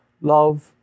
love